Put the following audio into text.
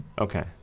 Okay